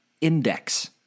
Index